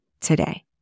today